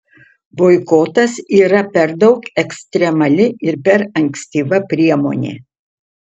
boikotas yra per daug ekstremali ir per ankstyva priemonė